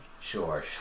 sure